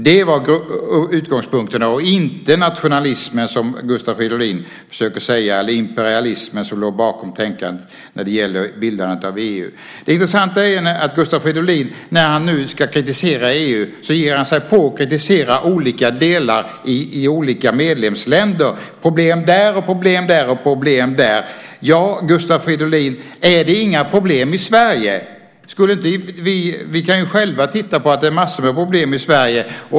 Det var utgångspunkten och inte nationalismen, som Gustav Fridolin försöker säga, eller imperialismen. Det intressanta är att Gustav Fridolin när han nu ska kritisera EU ger sig på och kritiserar olika delar i olika medlemsländer; problem där och problem där. Ja, Gustav Fridolin, är det inga problem i Sverige? Vi kan själva se att det är massor av problem i Sverige.